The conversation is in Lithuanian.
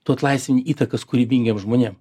tu atlaisvini įtakas kūrybingiem žmonėm